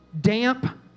damp